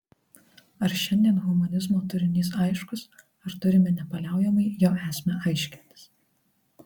ar šiandien humanizmo turinys aiškus ar turime nepaliaujamai jo esmę aiškintis